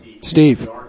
Steve